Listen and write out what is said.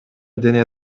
дене